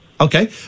Okay